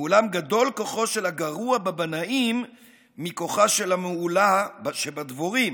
ואולם גדול כוחו של הגרוע בבנאים מכוחה של המעולה שבדבורים,